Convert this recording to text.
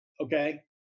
Okay